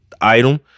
item